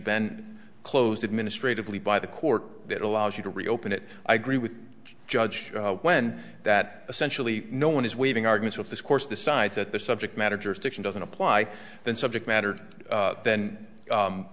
been closed administratively by the court that allows you to reopen it i agree with judge when that essentially no one is waiving argues with this course decides at the subject matter jurisdiction doesn't apply then subject matter then